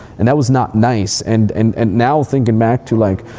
and that was not nice. and and and now thinking back to like,